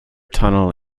tunnel